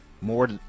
More